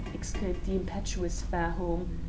exclaimed the impetuous fairholme.